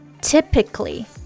Typically